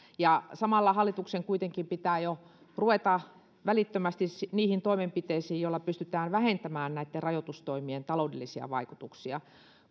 samalla hallituksen kuitenkin pitää välittömästi jo ruveta niihin toimenpiteisiin joilla pystytään vähentämään näitten rajoitustoimien taloudellisia vaikutuksia